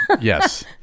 Yes